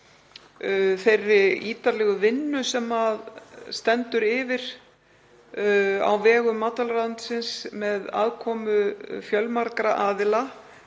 þeirri ítarlegu vinnu sem stendur yfir á vegum matvælaráðuneytisins, með aðkomu fjölmargra aðila,